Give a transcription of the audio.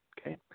Okay